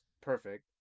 perfect